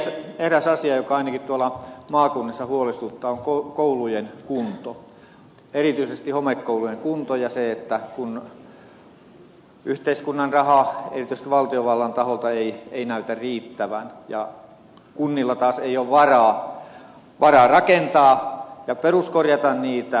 eräs asia joka ainakin tuolla maakunnissa huolestuttaa on koulujen kunto erityisesti homekoulujen kunto ja se että yhteiskunnan rahaa erityisesti valtiovallan taholta ei näytä riittävän eikä kunnilla taas ole varaa rakentaa ja peruskorjata niitä